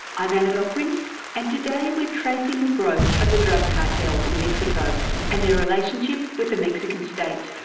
i'm annabelle quince and today we're tracing the growth of the drug cartels in mexico and their relationship with the mexican state.